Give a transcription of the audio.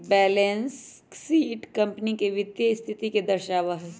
balance sheet company के वित्तीय स्थिति के दर्शावा हई